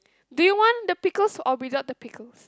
do you want the pickles or without the pickles